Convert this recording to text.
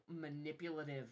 manipulative